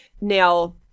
Now